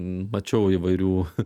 mačiau įvairių